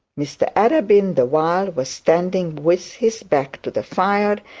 mr arabin the while was standing with his back to the fire,